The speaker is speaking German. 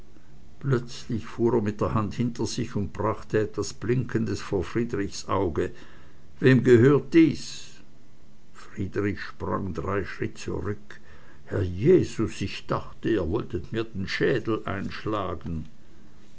plötzlich fuhr er mit der hand hinter sich und brachte etwas blinkendes vor friedrichs auge wem gehört dies friedrich sprang drei schritt zurück herr jesus ich dachte ihr wolltet mir den schädel einschlagen